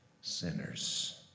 sinners